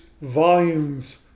volumes